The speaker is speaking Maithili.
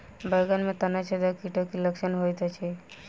बैंगन मे तना छेदक कीटक की लक्षण होइत अछि?